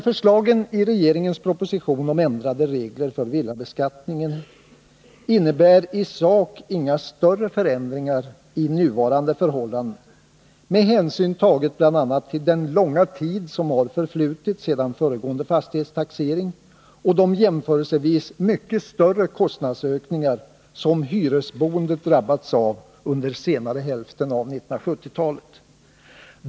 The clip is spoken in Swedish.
Förslagen i regeringens proposition om ändrade regler för villabeskattningen innebär i sak inga större förändringar i nuvarande förhållanden med hänsyn tagen bl.a. till den långa tid som förflutit sedan föregående fastighetstaxering och de jämförelsevis mycket större kostnadsökningar som hyresboende drabbats av under senare hälften av 1970-talet.